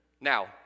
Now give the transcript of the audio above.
Now